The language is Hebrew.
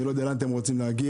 לא יודע לאן אתם רוצים להגיע.